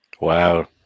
Wow